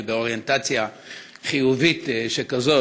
אני באוריינטציה חיובית שכזאת,